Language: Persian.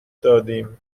دادیم